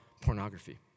pornography